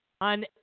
on